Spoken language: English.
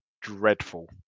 Dreadful